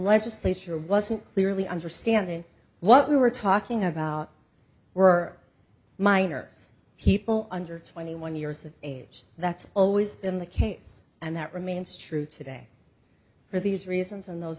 legislature wasn't clearly understanding what we were talking about were minors he under twenty one years of age that's always been the case and that remains true today for these reasons and those